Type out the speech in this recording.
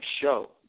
show